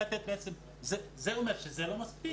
זה אומר שזה לא מספיק.